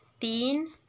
तीन